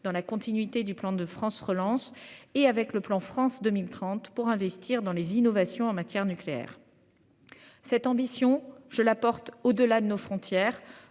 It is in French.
Dans la continuité du plan de France relance et avec le plan France 2030 pour investir dans les innovations en matière nucléaire. Cette ambition je la porte, au-delà de nos frontières